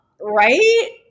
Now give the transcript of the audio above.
right